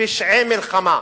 פשעי מלחמה.